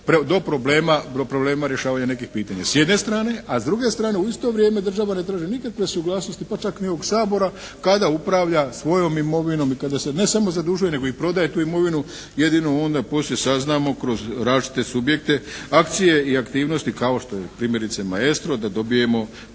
do problema rješavanja nekih problema s jedne strane. A s druge strane u isto vrijeme država na traži nikakve suglasnosti pa čak ni ovog Sabora kada upravlja svojom imovinom i kada se ne samo zadužuje nego i prodaje tu imovinu. Jedino onda poslije saznamo kroz različite subjekte akcije i aktivnosti kao što je primjerice "Maestro" da dobijemo